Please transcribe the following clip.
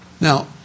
Now